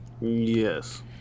Yes